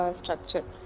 structure